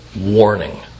warning